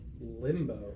Limbo